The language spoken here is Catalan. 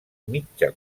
mitja